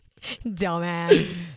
Dumbass